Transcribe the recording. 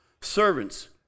Servants